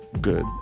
good